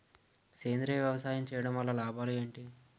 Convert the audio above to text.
సేంద్రీయ వ్యవసాయం చేయటం వల్ల లాభాలు ఏంటి?